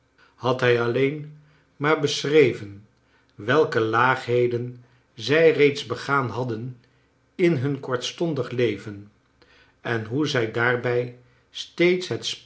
had hij alleen maar beschreven welke laagheden zij reeds begaan hadden in hun kortstondig leven en hoe zij daarbij steeds